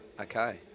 Okay